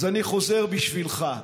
אז אני חוזר בשבילך.